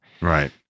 Right